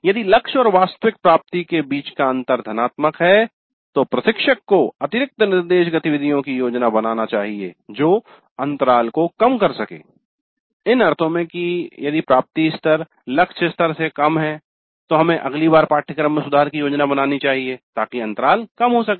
यदि लक्ष्य और वास्तविक प्राप्ति के बीच का अंतर धनात्मक है तो प्रशिक्षक को अतिरिक्त निर्देश गतिविधियों की योजना बनानी चाहिए जो अंतराल को कम कर सकें इन अर्थों में कि यदि प्राप्ति स्तर लक्ष्य स्तर से कम है तो हमें अगली बार पाठ्यक्रम में सुधार की योजना बनानी चाहिए ताकि अंतराल कम हो सके